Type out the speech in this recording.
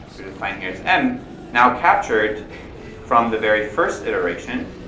we define here as m now captured from the very first iteration